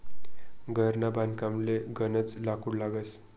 घरना बांधकामले गनज लाकूड लागस